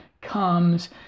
comes